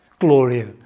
Gloria